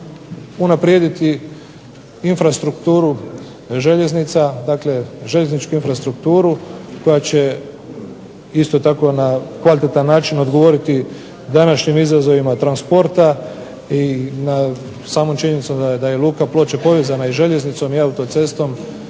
unaprijediti infrastrukturu željeznica, dakle željezničku infrastrukturu koja će isto tako na kvalitetan način odgovoriti današnjim izazovima transporta i na samu činjenicu da je luka Ploče povezana i željeznicom i autocestom